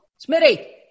Smitty